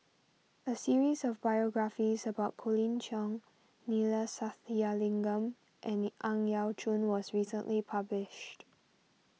a series of biographies about Colin Cheong Neila Sathyalingam and Ang Yau Choon was recently published